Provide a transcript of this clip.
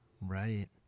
Right